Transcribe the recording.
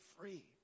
free